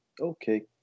Okay